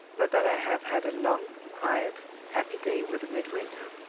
but that i have had a long, quiet, happy day with midwinter.